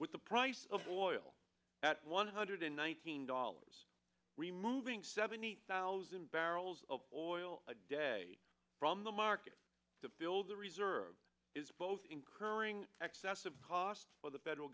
with the price of oil at one hundred in one thousand dollars removing seventy thousand barrels of oil a day from the market to build the reserves is both incurring excessive costs for the federal